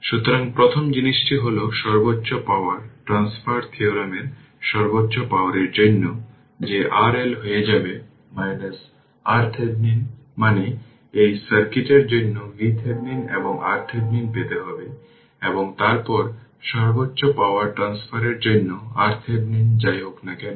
সুতরাং একটি independent DC i3 বা কারেন্ট সোর্স হঠাৎ প্রয়োগের পরে আমরা একে একে বুঝতে পারব এবং জিনিসগুলি খুব সহজে খুঁজে পাব